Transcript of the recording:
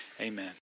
Amen